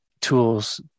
tools